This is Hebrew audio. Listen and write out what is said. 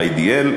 ה-ADL,